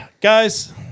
Guys